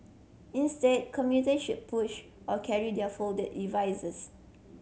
instead commuter should push or carry their folded devices